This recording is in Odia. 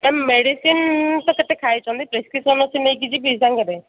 ମ୍ୟାମ୍ ମେଡ଼ିସିନ୍ ସେ କେତେ ଖାଇଛନ୍ତି ପ୍ରେସ୍କ୍ରିପସନ୍ ଅଛି ନେଇକି ଯିବି ସାଙ୍ଗରେ